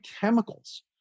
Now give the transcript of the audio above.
chemicals